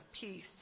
peace